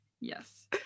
Yes